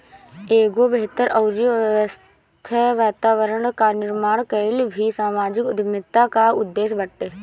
एगो बेहतर अउरी स्वस्थ्य वातावरण कअ निर्माण कईल भी समाजिक उद्यमिता कअ उद्देश्य बाटे